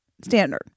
Standard